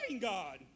God